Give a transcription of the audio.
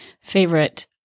favorite